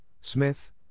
Smith